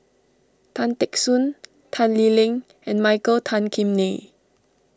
Tan Teck Soon Tan Lee Leng and Michael Tan Kim Nei